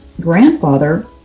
grandfather